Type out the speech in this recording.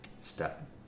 Step